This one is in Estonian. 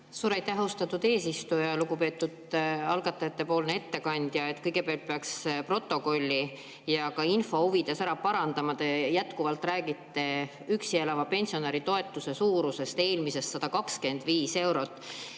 Suur aitäh, austatud eesistuja! Lugupeetud algatajatepoolne ettekandja! Kõigepealt peaks protokolli ja ka info huvides ära parandama, te jätkuvalt räägite üksi elava pensionäri toetuse eelmisest suurusest 125 eurot.